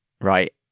right